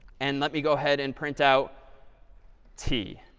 and let me go ahead and print out t.